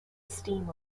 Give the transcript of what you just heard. steam